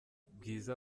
bwiza